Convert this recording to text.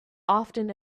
often